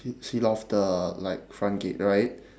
seal off the like front gate right